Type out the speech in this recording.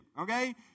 okay